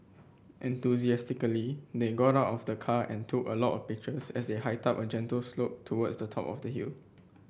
enthusiastically they got out of the car and took a lot of pictures as they hiked up a gentle slope towards the top of the hill